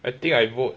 I think I vote